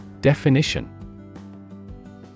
Definition